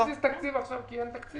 אין בסיס תקציב עכשיו כי אין תקציב.